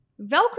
Velcro